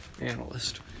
analyst